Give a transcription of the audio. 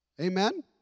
Amen